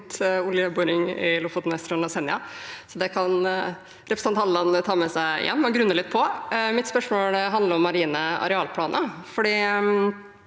imot oljeboring i Lofoten, Vesterålen og Senja. Det kan representanten Halleland ta med seg hjem og grunne litt på. Mitt spørsmål handler om marine arealplaner,